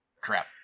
Crap